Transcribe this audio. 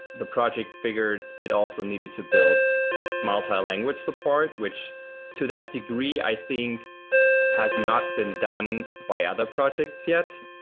the project figured it also needed to build multi-language support, which to that degree, i think has not been done by other projects yet.